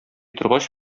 торгач